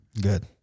Good